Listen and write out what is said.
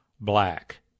black